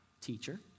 teacher